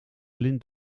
lint